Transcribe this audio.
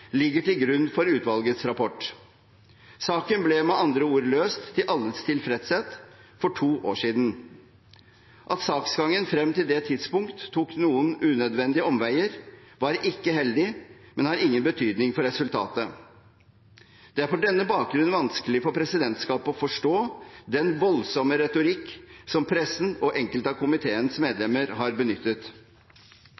ligger til grunn for utvalgets rapport. Saken ble med andre ord løst til alles tilfredshet for to år siden. At saksgangen frem til det tidspunkt tok noen unødvendige omveier, var ikke heldig, men har ingen betydning for resultatet. Det er på denne bakgrunn vanskelig for presidentskapet å forstå den voldsomme retorikken som pressen og enkelte av komiteens